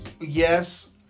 yes